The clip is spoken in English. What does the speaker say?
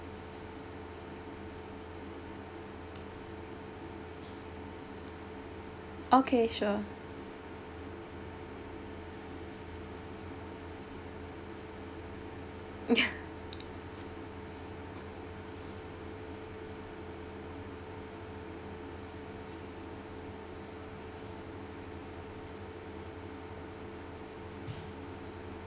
okay sure ya